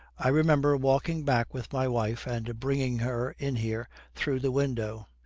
i remember walking back with my wife and bringing her in here through the window.